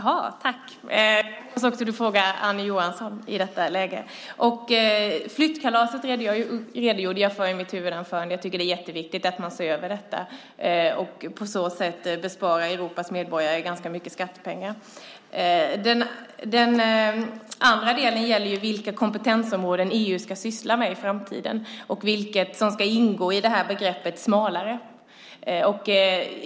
Herr talman! Jag hoppas att du också frågar Annie Johansson i detta läge, Max Andersson. Jag redogjorde för flyttkalaset i mitt huvudanförande. Jag tycker att det är jätteviktigt att man ser över detta och på så sätt sparar ganska mycket skattepengar åt Europas medborgare. Den andra delen gäller vilka kompetensområden EU ska syssla med i framtiden och vad som ska ingå i begreppet smalare.